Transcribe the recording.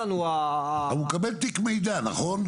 הוא מקבל תיק מידע, נכון?